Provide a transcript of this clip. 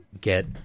get